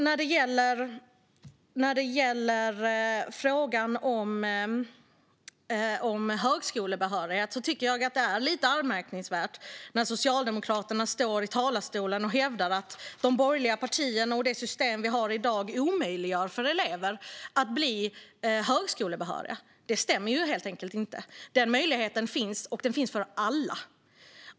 När det gäller frågan om högskolebehörighet tycker jag att det är lite anmärkningsvärt när Socialdemokraterna står i talarstolen och hävdar att de borgerliga partierna och det system vi har i dag omöjliggör för elever att bli högskolebehöriga. Det stämmer helt enkelt inte. Den möjligheten finns, och den finns för alla.